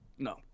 No